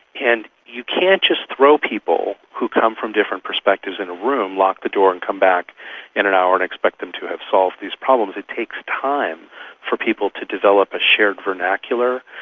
and you can't just throw people who come from different perspectives in a room, lock the door and come back in an hour and expect them to have solved these problems, it takes time for people to develop a shared vernacular,